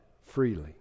freely